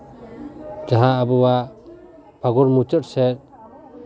ᱡᱟᱦᱟᱸ ᱟᱵᱚᱣᱟᱜ ᱯᱷᱟᱹᱜᱩᱱ ᱢᱩᱪᱟᱹᱫ ᱥᱮᱫ